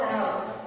out